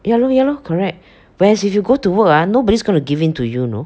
ya lor ya lor correct whereas if you go to work ah nobody's gonna give in to you know